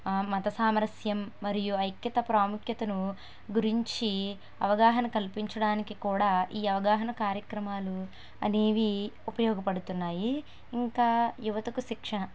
మత సామరస్యం మరియు ఐక్యత ప్రాముఖ్యతను గురించి అవగాహన కల్పించడానికి కూడా ఈ అవగాహన కార్యక్రమాలు అనేవి ఉపయోగపడుతున్నాయి ఇంకా యువతకు శిక్షణ